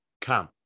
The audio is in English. come